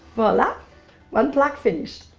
wella one plaque finished.